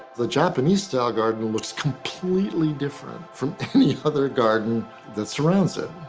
the japanese-style garden was completely different from any other garden that surrounds it,